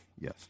Yes